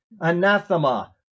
anathema